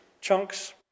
chunks